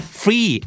free